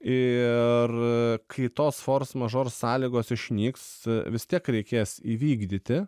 ir kai tos fors mažor sąlygos išnyks vis tiek reikės įvykdyti